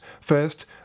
first